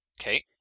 Okay